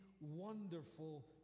wonderful